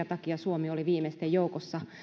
takia suomi oli viimeisten joukossa